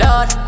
Lord